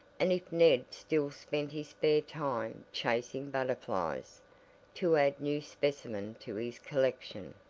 and if ned still spent his spare time chasing butterflies to add new specimen to his collection.